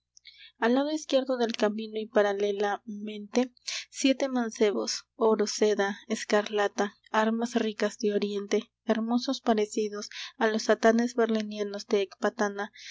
al lado izquierdo del camino y paralelamente siete mancebos oro seda escarlata armas ricas de oriente hermosos parecidos a los satanes